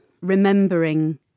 remembering